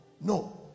no